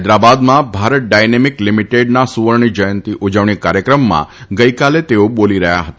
હૈદરાબાદમાં ભારત ડાયનેમિક લીમીટેડના સુવર્ણજયંતિ ઉજવણી કાર્યક્રમમાં તેઓ બોલી રહ્યા હતા